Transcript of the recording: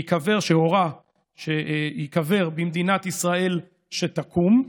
שהורה שייקבר במדינת ישראל שתקום.